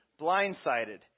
Blindsided